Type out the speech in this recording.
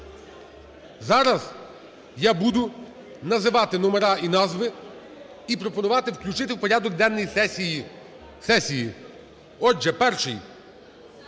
Зараз я буду називати номера і назви і пропонувати включити у порядок денний сесії, сесії. Отже, перший